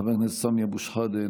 חבר הכנסת סמי אבו שחאדה,